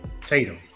Tatum